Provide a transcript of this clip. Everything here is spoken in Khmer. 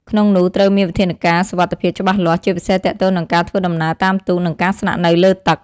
ក្នុងនោះ ត្រូវមានវិធានការសុវត្ថិភាពច្បាស់លាស់ ជាពិសេសទាក់ទងនឹងការធ្វើដំណើរតាមទូក និងការស្នាក់នៅលើទឹក។